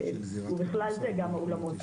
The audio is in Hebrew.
ובכלל זה גם האולמות.